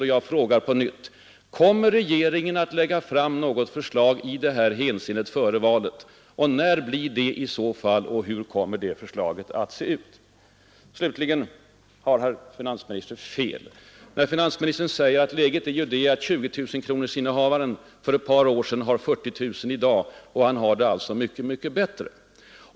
Och jag frågar på nytt: Kommer regeringen att lägga fram ett förslag i det här hänseendet före valet? När blir det i så fall? Och hur kommer det förslaget att se ut? Slutligen: Finansministern har fel när han säger att läget är det att 20 000-kronorsinkomsttagaren för ett par år sedan med uppåt 40 000 i dag har det mycket, mycket bättre.